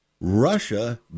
Russia